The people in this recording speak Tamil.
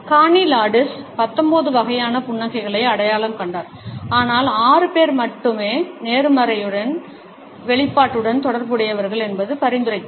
கார்னி லாண்டிஸ் 19 வகையான புன்னகைகளை அடையாளம் கண்டார் ஆனால் ஆறு பேர் மட்டுமே நேர்மறையின் வெளிப்பாட்டுடன் தொடர்புடையவர்கள் என்று பரிந்துரைத்தார்